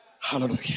Hallelujah